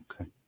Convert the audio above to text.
okay